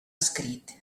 escrit